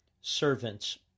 Servants